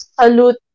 salute